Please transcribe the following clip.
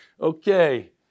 Okay